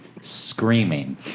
screaming